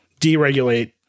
deregulate